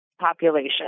population